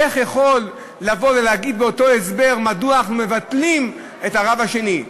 איך אפשר לבוא ולהגיד באותו הסבר מדוע אנחנו מבטלים את תפקיד הרב השני?